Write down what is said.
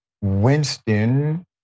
Winston